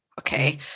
Okay